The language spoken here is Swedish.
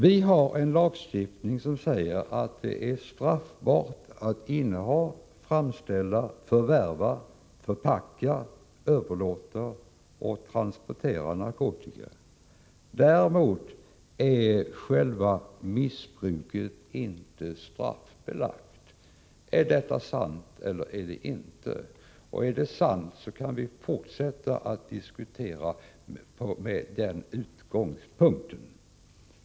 Vi har en lagstiftning som säger att det är straffbart att inneha, framställa, förvärva, förpacka, överlåta och transportera narkotika — däremot är själva missbruket inte straffbelagt. Är detta sant eller inte? Är det sant, då kan vi fortsätta att diskutera med den utgångspunkten.